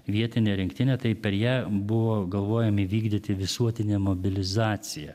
vietinę rinktinę tai per ją buvo galvojami vykdyti visuotinė mobilizacija